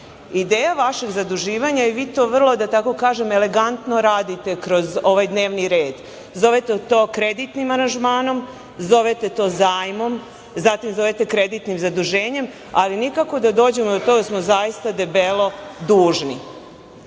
evra. Ideja vašeg zaduživanja, i vi to vrlo, da tako kažem, elegantno radite kroz ovaj dnevni red, zovete to kreditnim aranžmanom, zovete to zajmom, zatim, zovete kreditnim zaduženjem, ali nikako da dođemo do toga da smo zaista debelo dužni. Takođe